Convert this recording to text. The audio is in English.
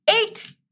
eight